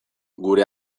gure